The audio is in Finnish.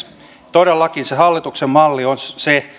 todellakin se hallituksen malli on se